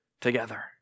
together